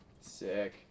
Sick